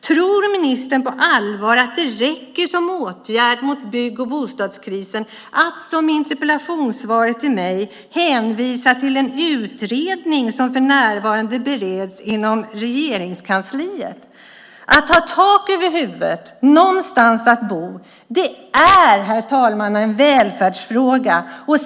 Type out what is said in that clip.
Tror ministern verkligen att det räcker som åtgärd mot bygg och bostadskrisen att, som i interpellationssvaret till mig, hänvisa till en utredning som för närvarande bereds inom Regeringskansliet? Att ha tak över huvudet, någonstans att bo är, herr talman, en välfärdsfråga.